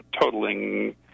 totaling